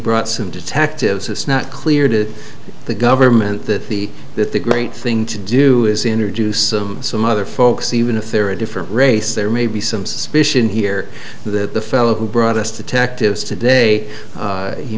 brought some detectives it's not clear to the government that the that the great thing to do is introduce some other folks even if they're a different race there may be some suspicion here that the fellow who brought us to tack to us today